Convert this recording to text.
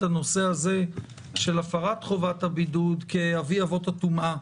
הנושא הזה של הפרת חובת הבידוד כאבי אבות הטומאה,